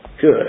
good